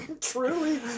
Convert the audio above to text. truly